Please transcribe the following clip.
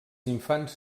infants